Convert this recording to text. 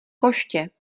koště